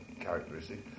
characteristic